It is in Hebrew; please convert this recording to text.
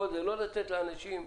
ולא לתת לאנשים --- נכון.